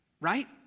Right